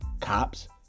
cops